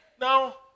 Now